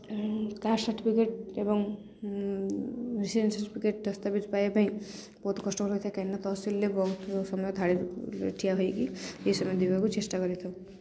caste certificate ଏବଂ residence certificate ଦସ୍ତାବିଜ ପାଇବା ପାଇଁ ବହୁତ କଷ୍ଟକର ହୋଇଥାଏ କାହିଁକନା ତହସିଲରେ ବହୁତ ସମୟ ଧାଡ଼ି ଠିଆ ହୋଇକରି ଏ ସମୟ ଦେବାକୁ ଚେଷ୍ଟା କରିଥାଉ